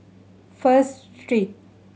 First Street